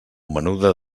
menuda